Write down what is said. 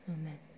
amen